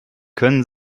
können